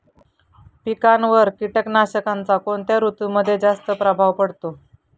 पिकांवर कीटकनाशकांचा कोणत्या ऋतूमध्ये जास्त प्रभाव पडतो?